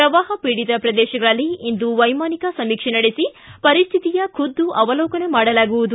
ಪ್ರವಾಹ ಪೀಡಿತ ಪ್ರದೇಶಗಳಲ್ಲಿ ಇಂದು ವೈಮಾನಿಕ ಸಮೀಕ್ಷೆ ನಡೆಸಿ ಪರಿಸ್ಥಿತಿಯ ಖುದ್ದು ಅವಲೋಕನ ಮಾಡಲಾಗುವುದು